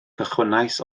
cychwynnais